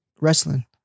wrestling